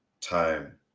time